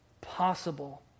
possible